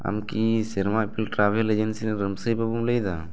ᱟᱢ ᱠᱤ ᱥᱮᱨᱢᱟ ᱤᱯᱤᱞ ᱴᱨᱟᱵᱷᱮᱞ ᱮᱡᱮᱱᱥᱤ ᱨᱮᱱ ᱨᱟᱹᱢᱥᱟᱹᱭ ᱵᱟ ᱵᱩᱢ ᱞᱟᱹᱭᱮᱫᱟ